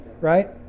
right